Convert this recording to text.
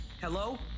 Hello